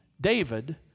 David